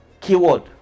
Keyword